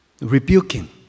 Rebuking